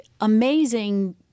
amazing